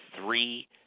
three